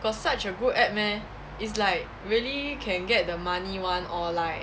got such a good app meh it's like really can get the money [one] or like